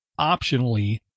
optionally